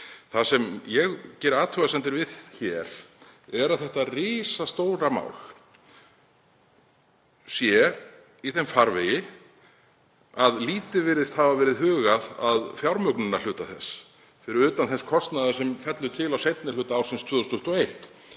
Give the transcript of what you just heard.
Það sem ég geri athugasemdir við er að þetta risastóra mál sé í þeim farvegi að lítið virðist hafa verið hugað að fjármögnunarhluta þess, fyrir utan þann kostnað sem fellur til á seinni hluta ársins 2021.